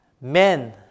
men